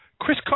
Chris